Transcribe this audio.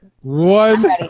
One